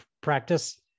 practice